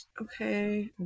okay